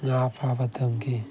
ꯉꯥ ꯐꯥꯕ ꯇꯝꯈꯤ